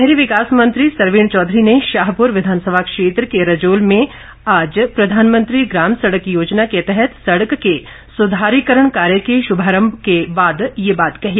शहरी विकास मंत्री सरवीण चौधरी ने शाहपुर विधानसभा क्षेत्र के रजोल में आज प्रधानमंत्री ग्राम सड़क योजना के तहत सड़क के सुधारीकरण कार्य के श्भारंभ के बाद ये बात कही